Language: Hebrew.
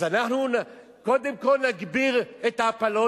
אז אנחנו קודם כול נגביר את ההפלות.